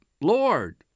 Lord